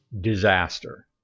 disaster